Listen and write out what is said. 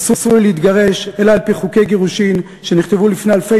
אסור לי להתגרש אלא על-פי חוקי גירושין שנכתבו לפני אלפי